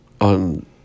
on